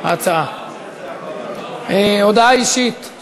למרות שכוונתו הייתה להצביע בעד.